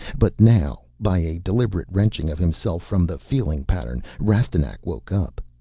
but now, by a deliberate wrenching of himself from the feeling-pattern, rastignac woke up.